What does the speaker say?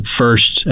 first